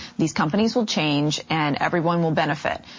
these companies will change and everyone will benefit,